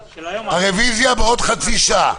הרוויזיה בעוד חצי שעה.